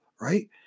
right